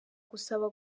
gusaba